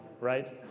right